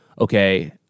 okay